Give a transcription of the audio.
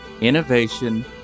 innovation